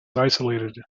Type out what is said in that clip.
isolated